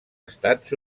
estats